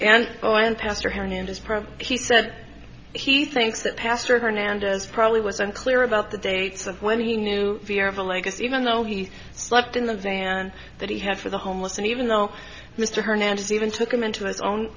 pro he said he thinks that pastor hernandez probably was unclear about the dates of when he knew fear of a legacy even though he slept in the van that he had for the homeless and even though mr hernandez even took him into his own